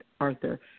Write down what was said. Arthur